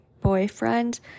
boyfriend